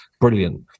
brilliant